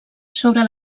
sobre